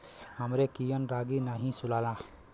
हमरे कियन रागी नही सुनाला